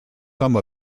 some